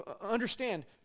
understand